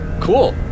Cool